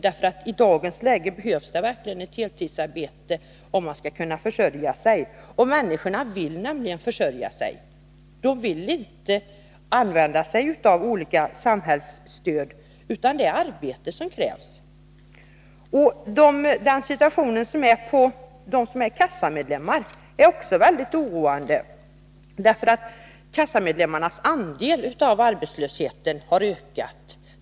I dagens läge behöver man verkligen ett heltidsarbete om man skall kunna försörja sig, och människorna vill försörja sig. De vill inte använda sig av olika samhällsstöd. Det är arbete som krävs. De som är kassamedlemmar är också mycket oroade. Kassamedlemmarnas andel av de arbetslösa har ökat.